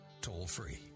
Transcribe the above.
toll-free